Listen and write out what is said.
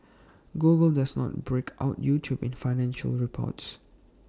Google does not break out YouTube in financial reports